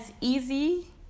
easy